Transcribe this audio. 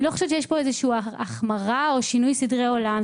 אני לא חושבת שיש פה איזושהי החמרה או שינוי סדרי עולם.